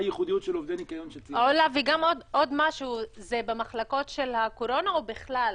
עוד משהו, זה במחלקות של הקורונה או בכלל?